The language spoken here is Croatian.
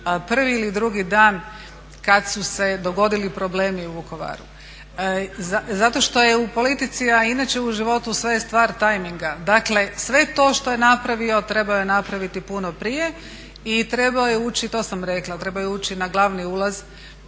prvi ili drugi dan kad su se dogodili problemi u Vukovaru zato što je u politici, a i inače u životu sve je stvar tajminga. Dakle sve to što je napravio trebao je napraviti puno prije i trebao je ući, to sam rekla, trebao je ući na glavni ulaz